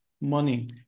money